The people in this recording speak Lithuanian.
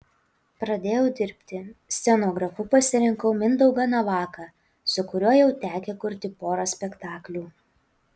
pradėjau dirbti scenografu pasirinkau mindaugą navaką su kuriuo jau tekę kurti porą spektaklių